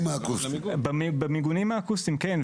במיגונים האקוסטיים, כן.